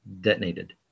detonated